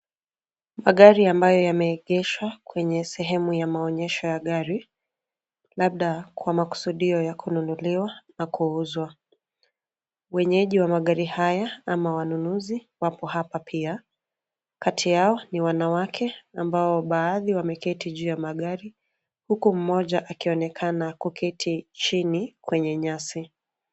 Magari ambayo yameegeshwa kwenye sehemu ya maonyesho ya gari labda kwa makusudio ya kununuliwa na kuuzwa. Wenyeji wa magari haya ama wanunuzi wapo hapa pia, kati yao ni wanawake ambao baadhi wemeketi juu ya magari huku mmoja akionekana kuketi chini kwenye nyasi.